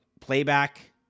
playback